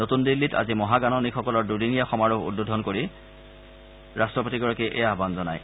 নতুন দিল্লীত আজি মহাগাণনিকসকলৰ দুদিনীয়া সমাৰোহ উদ্বোধন কৰি ৰাট্টপতিয়ে এই আহান জনায়